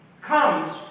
comes